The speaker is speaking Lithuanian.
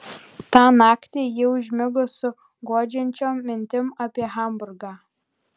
tą naktį ji užmigo su guodžiančiom mintim apie hamburgą